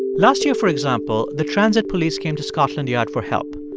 last year, for example, the transit police came to scotland yard for help.